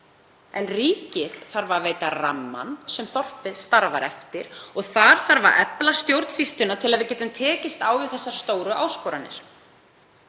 En ríkið þarf að móta rammann sem þorpið starfar eftir. Þar þarf að efla stjórnsýsluna til að við getum tekist á við þessar stóru áskoranir.